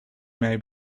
may